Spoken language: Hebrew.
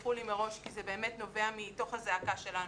תסלחו לי מראש כי זה באמת נובע מתוך הזעקה שלנו.